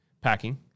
packing